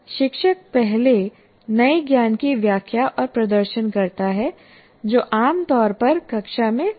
शिक्षक पहले नए ज्ञान की व्याख्या और प्रदर्शन करता है जो आमतौर पर कक्षा में होता है